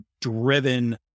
driven